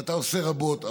ואתה עושה רבות,